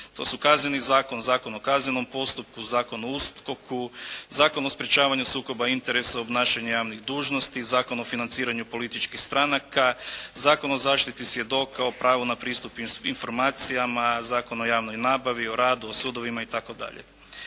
To su Kazneni zakon, Zakon o kaznenom postupku, Zakon o USKOK-u, Zakon o sprečavanju sukoba interesa, obnašanje javnih dužnosti, Zakon o financiranju političkih stranaka, Zakon o zaštiti svjedoka, o pravu na pristup informacijama, Zakon o javnoj nabavi, o radu, o sudovima, itd.